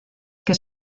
que